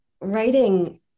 writing